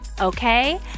Okay